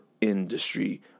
industry